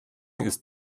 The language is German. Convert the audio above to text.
ist